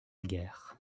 guerre